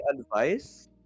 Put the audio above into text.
advice